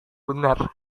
benar